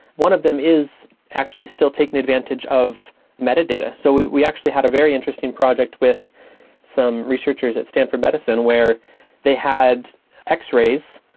one of them is actually still taking advantage of metadata. so we we actually had a very interesting project with some researchers at stanford medicine where they had x-rays,